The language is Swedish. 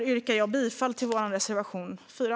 Jag yrkar därför bifall till vår reservation 4.